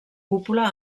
cúpula